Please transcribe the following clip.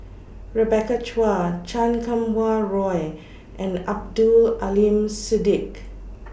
Rebecca Chua Chan Kum Wah Roy and Abdul Aleem Siddique